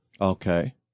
Okay